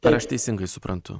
ar aš teisingai suprantu